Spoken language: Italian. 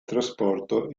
trasporto